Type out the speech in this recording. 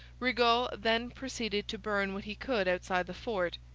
rigaud then proceeded to burn what he could outside the fort.